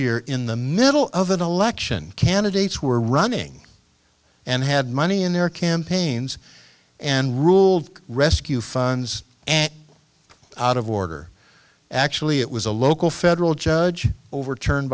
year in the middle of an election candidates were running and had money in their campaigns and ruled rescue funds and out of order actually it was a local federal judge overturned